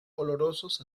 olorosos